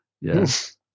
Yes